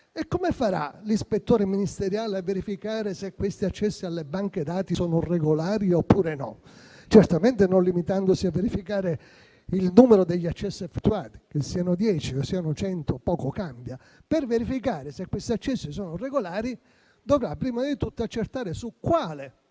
Come farà l'ispettore ministeriale a verificare se questi accessi alle banche dati sono regolari? Certamente non limitandosi a verificare il numero degli accessi effettuati, perché che siano dieci o cento poco cambia. Per verificare se questi accessi sono regolari, dovrà prima di tutto accertare su quali